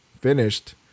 finished –